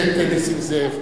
חבר הכנסת נסים זאב,